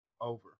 over